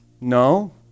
No